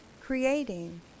creating